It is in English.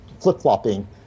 flip-flopping